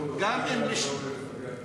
אני אחזור על זה.